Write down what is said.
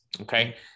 okay